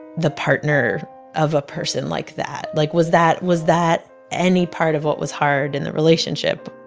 the partner of a person like that? like, was that was that any part of what was hard in the relationship?